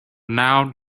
now